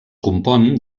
compon